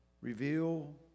reveal